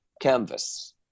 canvas